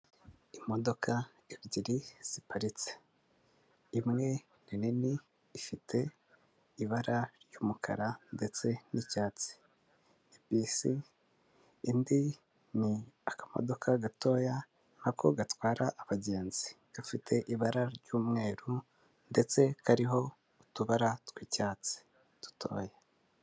Imodoka ebyiri ziparitse, imwe inini ifite ibara ry'umukara ndetse n'icyats kibisi, indi ni akamodoka gatoya na ko gatwara abagenzi, gafite ibara ry'umweru ndetse kariho utubara tw'icyatsi dutoya.